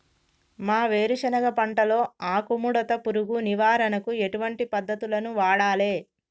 మా వేరుశెనగ పంటలో ఆకుముడత పురుగు నివారణకు ఎటువంటి పద్దతులను వాడాలే?